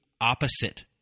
opposite